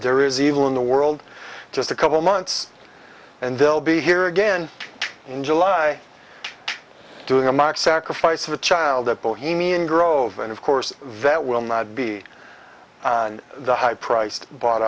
there is evil in the world just a couple months and they'll be here again in july doing a mock sacrifice of a child at bohemian grove and of course that will not be the high priced bought